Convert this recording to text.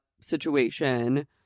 situation